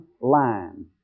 line